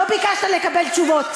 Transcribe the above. לא ביקשת לקבל תשובות.